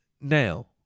now